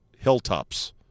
Hilltops